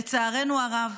לצערנו הרב.